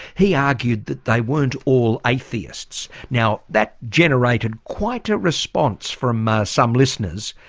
he argued that they weren't all atheists. now, that generated quite a response from some listeners.